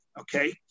okay